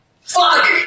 FUCK